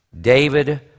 David